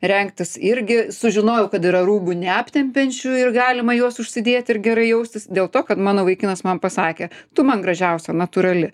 rengtis irgi sužinojau kad yra rūbų neaptempiančių ir galima juos užsidėti ir gerai jaustis dėl to kad mano vaikinas man pasakė tu man gražiausia natūrali